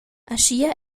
aschia